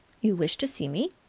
you wished to see me?